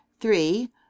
three